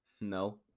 no